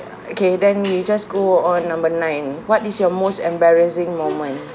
okay then we just go on number nine what is your most embarrassing moment